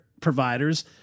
providers